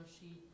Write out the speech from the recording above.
sheet